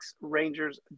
Rangers